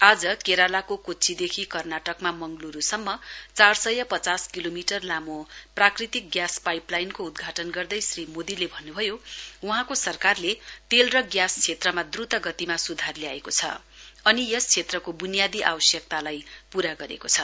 आज केरालाको कोच्चीदेखि कर्नाटकमा मंगल्रूसम्म चार सय पचास किलोमिटर लामो प्राकृतिक ग्यास पाइपलाइनको उद्घाटन गर्दै श्री मोदीले भन्नुभयो वहाँको सरकारले तेल र ग्यास क्षेत्रमा द्वत गतिमा सुधार ल्याएको छ अनि यस क्षेत्रको बुनियादी आवश्यकतालाई पूरा गरेको छ